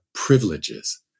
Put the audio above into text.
privileges